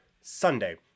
Sunday